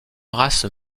race